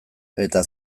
eta